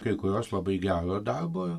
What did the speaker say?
kai kurios labai gero darbo